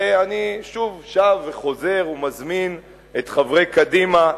הרי אני שב וחוזר ומזמין את חברי קדימה,